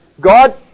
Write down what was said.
God